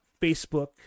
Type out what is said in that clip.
Facebook